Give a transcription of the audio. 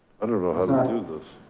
i don't know how to do this.